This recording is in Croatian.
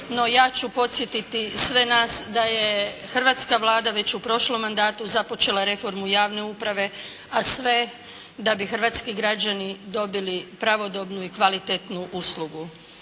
No ja ću podsjetiti sve nas da je hrvatska Vlada već u prošlom mandatu započela reformu javne uprave, a sve da bi hrvatski građani dobili pravodobnu i kvalitetnu uslugu.